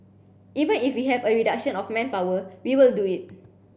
even if we have a reduction of manpower we will do it